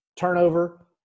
Turnover